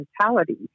mentality